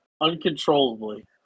uncontrollably